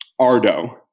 Ardo